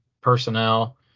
personnel